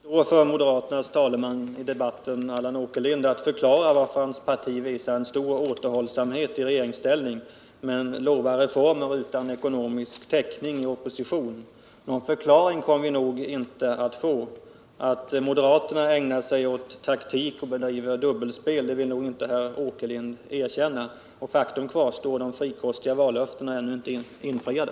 Herr talman! För moderaternas talesman i denna debatt, Allan Åkerlind, återstår att förklara varför hans parti visar stor återhållsamhet i regeringsställning men lovar reformer utan ekonomisk täckning i opposition. Någon förklaring kommer vi nog inte att få. Att moderaterna ägnar sig åt taktik och bedriver dubbelspel vill nog Allan Åkerlind inte erkänna. Faktum kvarstår: de frikostiga vallöftena är ännu inte infriade.